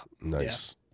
Nice